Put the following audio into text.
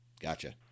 gotcha